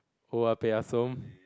oya-beh-ya-som